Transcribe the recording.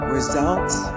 results